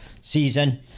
season